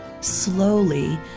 Slowly